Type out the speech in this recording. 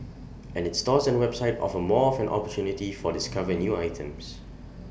and its stores and website offer more of an opportunity for discover new items